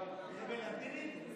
זה בלטינית?